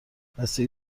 بستگی